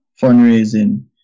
fundraising